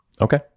Okay